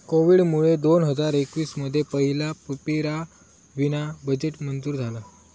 कोविडमुळे दोन हजार एकवीस मध्ये पहिला पेपरावीना बजेट मंजूर झाला